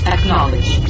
Acknowledge